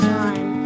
time